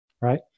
right